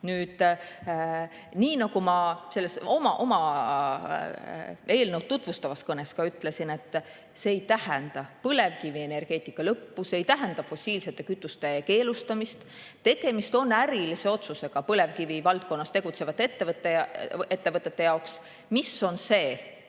eelnõu. Nii nagu ma oma tutvustavas kõnes ka ütlesin, see ei tähenda põlevkivienergeetika lõppu, see ei tähenda fossiilsete kütuste keelustamist. Tegemist on ärilise otsusega põlevkivi valdkonnas tegutsevate ettevõtete jaoks: mis on see,